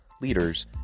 leaders